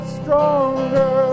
stronger